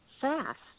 fast